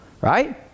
right